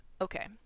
okay